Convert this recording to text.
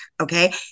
okay